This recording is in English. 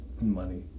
money